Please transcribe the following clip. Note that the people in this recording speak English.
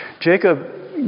Jacob